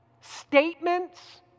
statements